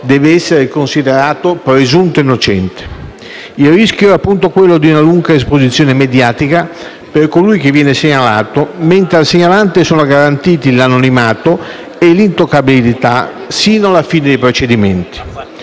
deve essere considerato «presunto innocente». Il rischio è, appunto, quello di una lunga esposizione mediatica per colui che viene segnalato, mentre al segnalante sono garantiti l'anonimato e l'intoccabilità sino alla fine dei procedimenti.